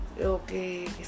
okay